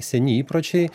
seni įpročiai